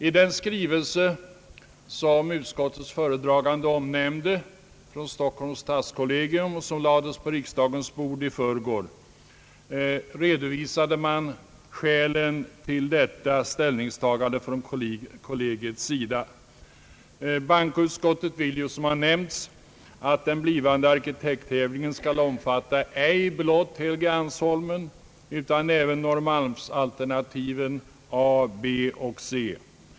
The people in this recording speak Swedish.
I den skrivelse som utskottets föredragande omnämnde från Stockholms stadskollegium och som lades på riksdagens bord i förrgår, redovisade man skälen till detta ställningstagande från kollegiets sida. Bankoutskottet vill ju som har nämnts att den blivande arkitekttävlingen skall omfatta ej blott Helgeandsholmen utan även Norrmalmsalternativen a, b och c.